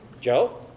Joe